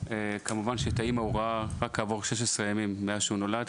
וכמובן שאת האימא הוא ראה רק כעבור 16 ימים מאז שנולד,